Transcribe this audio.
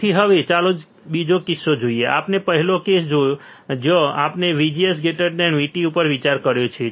તેથી હવે ચાલો બીજો કિસ્સો જોઈએ આપણે પહેલો કેસ જોયો છે જ્યાં આપણે VGS VT ઉપર વિચાર કર્યો છે